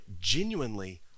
genuinely